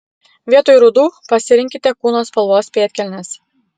vietoj rudų pasirinkite kūno spalvos pėdkelnes